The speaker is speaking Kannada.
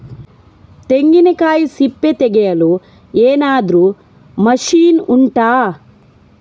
ತೆಂಗಿನಕಾಯಿ ಸಿಪ್ಪೆ ತೆಗೆಯಲು ಏನಾದ್ರೂ ಮಷೀನ್ ಉಂಟಾ